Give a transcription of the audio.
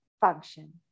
function